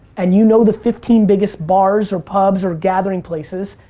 and you know the fifteen biggest bars or pubs or gathering places,